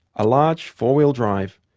a large four-wheel drive,